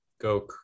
go